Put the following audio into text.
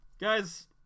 Guys